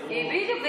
זה היה הקו.